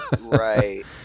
Right